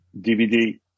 DVD